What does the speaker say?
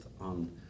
on